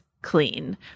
clean